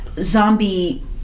zombie